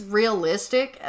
realistic